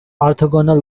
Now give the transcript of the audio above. orthogonal